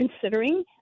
considering